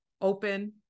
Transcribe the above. open